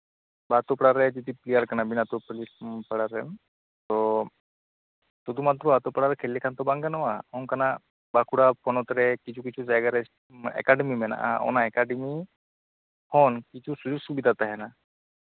ᱵᱟ ᱟᱛᱳ ᱯᱟᱲᱟᱨᱮᱱ ᱯᱞᱮᱭᱟᱨ ᱠᱟᱱᱟᱵᱤᱱ ᱟᱛᱳ ᱯᱟᱲᱟᱨᱮᱱ ᱛᱚ ᱥᱩᱫᱩ ᱢᱟᱛᱨᱚ ᱟᱛᱳ ᱯᱟᱲᱟᱨᱮ ᱠᱷᱮᱞ ᱞᱮᱠᱷᱟᱱ ᱛᱚ ᱵᱟᱝ ᱜᱟᱱᱚᱜᱼᱟ ᱚᱱᱠᱟᱱᱟᱜ ᱵᱟᱸᱠᱩᱲᱟ ᱦᱚᱱᱚᱛᱨᱮ ᱠᱤᱪᱷᱩ ᱠᱤᱪᱷᱩ ᱡᱟᱭᱜᱟᱨᱮ ᱮᱠᱟᱰᱮᱢᱤ ᱢᱮᱱᱟᱜᱼᱟ ᱚᱱᱟ ᱮᱠᱟᱰᱮᱢᱤ ᱠᱷᱚᱱ ᱠᱤᱪᱷᱩ ᱥᱩᱡᱳᱜ ᱥᱩᱵᱤᱫᱷᱟ ᱛᱟᱦᱮᱱᱟ